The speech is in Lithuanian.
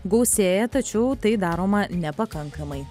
gausėja tačiau tai daroma nepakankamai